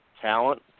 talent